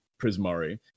Prismari